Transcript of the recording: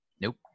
Nope